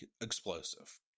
explosive